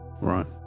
Right